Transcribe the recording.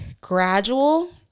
gradual